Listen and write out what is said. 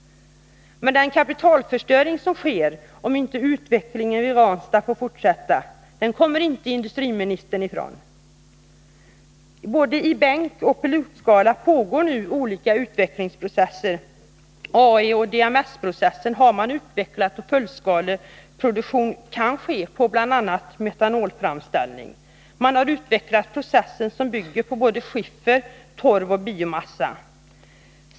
Men den kapitalförstöring som sker, om inte utvecklingen vid Ranstad får fortsätta, kommer industriministern inte ifrån. I både bänk och pilotskala pågår nu olika utvecklingsprocesser. AE och DMS-processerna har man utvecklat, och fullskaleproduktion kan ske vid bl.a. metanolframställning. Man har utvecklat processer som bygger på skiffer, torv och biomassa.